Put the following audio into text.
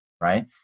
right